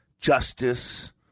justice